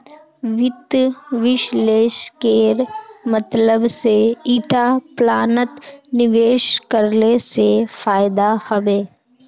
वित्त विश्लेषकेर मतलब से ईटा प्लानत निवेश करले से फायदा हबे